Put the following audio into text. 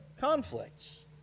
conflicts